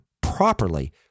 properly